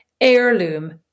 heirloom